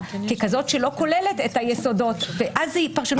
ככזאת שלא כוללת את היסודות ואז זאת פרשנות אחרת.